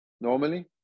normally